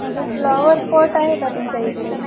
flowerpot आहे का तुमच्या इकडे